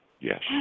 Yes